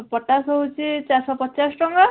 potash ହେଉଛି ଚାରିଶହ ପଚାଶ ଟଙ୍କା